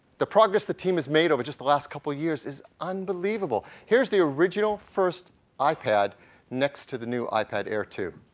the progress the team has made over just the last couple years is unbelievable. here is the original first ipad next to the new ipad air two.